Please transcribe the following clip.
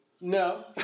No